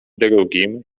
drugim